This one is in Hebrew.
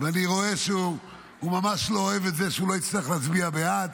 ואני רואה שהוא ממש לא אוהב את זה שלא יצליח להצביע בעד,